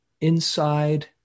inside